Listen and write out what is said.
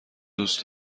دوست